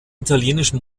italienischen